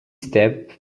step